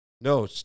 no